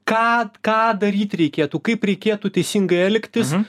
ką ką daryti reikėtų kaip reikėtų teisingai elgtis